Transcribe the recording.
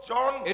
John